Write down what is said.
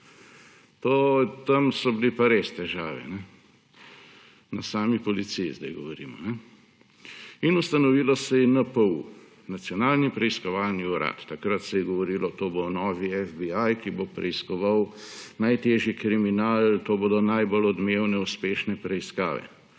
Tam so bile pa res težave, na sami policiji zdaj govorim. In ustanovil se je NPU – Nacionalni preiskovalni urad. Takrat se je govorilo, to bo novi FBI, ki bo preiskoval najtežji kriminal, to bodo najbolj odmevne uspešne preiskave.